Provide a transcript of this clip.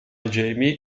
jamie